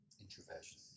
introversion